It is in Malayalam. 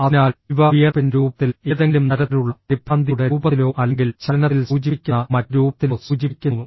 അതിനാൽ ഇവ വിയർപ്പിന്റെ രൂപത്തിൽ ഏതെങ്കിലും തരത്തിലുള്ള പരിഭ്രാന്തിയുടെ രൂപത്തിലോ അല്ലെങ്കിൽ ചലനത്തിൽ സൂചിപ്പിക്കുന്ന മറ്റ് രൂപത്തിലോ സൂചിപ്പിക്കുന്നു